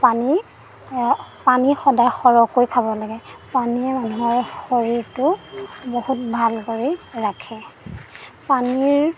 পানী পানী সদায় সৰহকৈ খাব লাগে পানীয়ে মানুহৰ শৰীৰটো বহুত ভাল কৰি ৰাখে পানীৰ